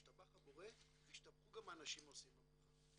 ישתבח הבורא וישתבחו גם האנשים העושים במלאכה.